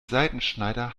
seitenschneider